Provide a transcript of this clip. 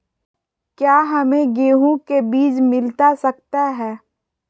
क्या हमे गेंहू के बीज मिलता सकता है?